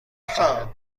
چقدر